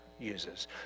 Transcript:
uses